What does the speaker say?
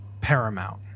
Paramount